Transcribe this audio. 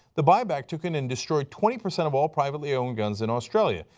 the buyback took an industry twenty percent of all privately owned guns in australia.